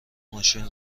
ماشین